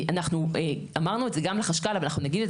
אנחנו אמרנו את זה גם לחשכ"ל אבל אנחנו נגיד את